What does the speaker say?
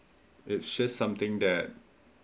it's just something that